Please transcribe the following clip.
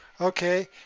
okay